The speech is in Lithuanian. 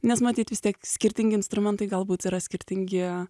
nes matyt vis tiek skirtingi instrumentai galbūt yra skirtingi